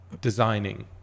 designing